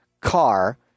car